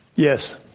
yes.